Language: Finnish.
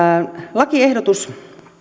lakiehdotus